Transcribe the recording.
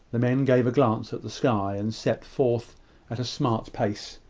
the men gave a glance at the sky, and set forth at a smart pace.